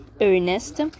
Ernest